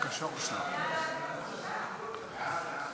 חוק ומשפט בדבר פיצול הצעת חוק העונשין (תיקון מס' 124) (עבירות המתה),